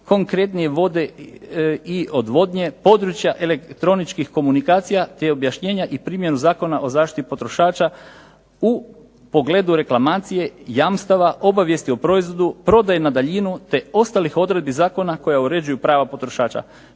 konkretnije vode i odvodnje, područja elektroničkih komunikacija te objašnjenja i primjenu Zakona o zaštiti potrošača u pogledu reklamacije, jamstava, obavijesti o proizvodu, prodaji na daljinu te ostalih odredbi zakona koje uređuju prava potrošača.